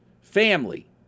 Family